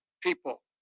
people